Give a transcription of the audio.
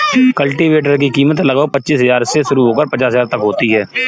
cultivator की कीमत लगभग पचीस हजार से शुरू होकर पचास हजार तक होती है